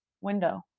window